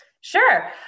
Sure